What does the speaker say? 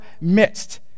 midst